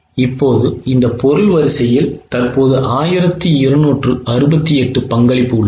இப்போது இந்த பொருள் வரிசையில் தற்போது 1268 பங்களிப்பு உள்ளது